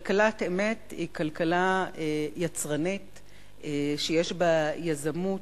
כלכלת אמת היא כלכלה יצרנית שיש בה יזמות,